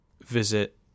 visit